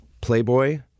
Playboy